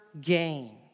gain